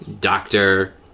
Doctor